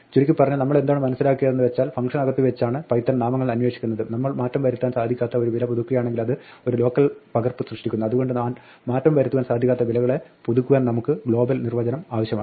ചുരുക്കി പറഞ്ഞാൽ നമ്മളെന്താണ് മനസ്സിലാക്കിയതെന്ന് വെച്ചാൽ ഫംഗ്ഷനുകൾക്കകത്ത് വെച്ചാണ് പൈത്തൺ നാമങ്ങൾ അന്വേഷിക്കുന്നത് നമ്മൾ മാറ്റം വരുത്തുവാൻ സാധിക്കാത്ത ഒരു വില പുതുക്കുകയാണെങ്കിൽ അത് ഒരു ലോക്കൽ പകർപ്പ് സൃഷ്ടിക്കുന്നു അതുകൊണ്ട് മാറ്റം വരുത്തുവാൻ സാധിക്കാത്ത വിലകളെ പുതുക്കുവാൻ നമുക്ക് ഗ്ലോബൽ നിർവ്വചനം ആവശ്യമാണ്